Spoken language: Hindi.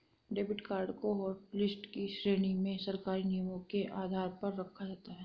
डेबिड कार्ड को हाटलिस्ट की श्रेणी में सरकारी नियमों के आधार पर रखा जाता है